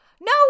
No